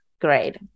Great